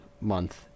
month